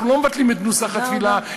אנחנו לא מבטלים את נוסח התפילה, תודה רבה.